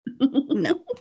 No